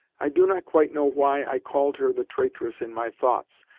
i do not quite know why i called her the traitress in my thoughts,